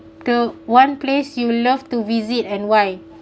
the one place you love to visit and why